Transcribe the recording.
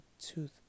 tooth